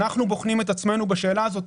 אנחנו בוחנים את עצמנו בשאלה הזאת.